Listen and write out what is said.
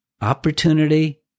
opportunity